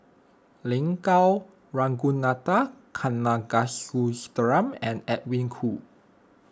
Lin Gao Ragunathar Kanagasuntheram and Edwin Koo